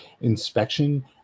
inspection